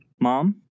Mom